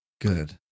good